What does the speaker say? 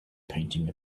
painting